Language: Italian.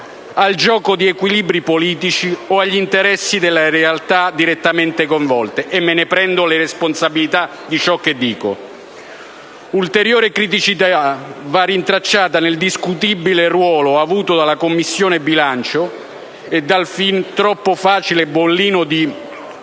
al gioco di equilibri politici o agli interessi delle realtà direttamente coinvolte (e mi assumo la responsabilità di ciò che dico). Ulteriore criticità va rintracciata nel discutibile ruolo avuto dalla Commissione bilancio e dal fin troppo facile bollino di